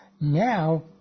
now